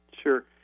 Sure